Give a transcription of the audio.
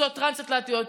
טיסות טרנס-אטלנטיות.